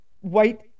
white